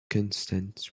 constant